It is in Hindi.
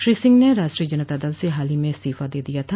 श्री सिंह ने राष्ट्रीय जनता दल से हाल ही में इस्तीफा दे दिया था